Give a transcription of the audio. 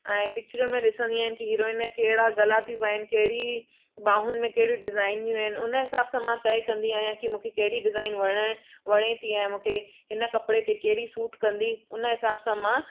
ऐं पिकिचरुनि में ॾिसंदी आहिनि की हीरोइन कहिड़ा गला थी पाइनि कहिड़ी बाहुन में कहिड़ी डिजाइनियूं आहिनि उन हिसाब सां मां तए कंदी आहियां की मूंखे कहिड़ी डिजाइन वरण वणे थी ऐं मूंखे हिन कपिड़े ते कहिड़ी सूट कंदी उन हिसाब सां मां